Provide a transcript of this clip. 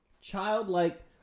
childlike